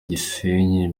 gisenyi